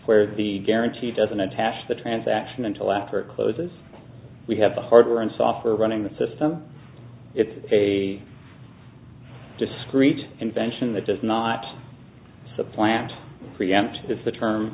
where the guarantee doesn't attach the transaction until after it closes we have the hardware and software running the system it's a discrete invention that does not supplant preempts if the term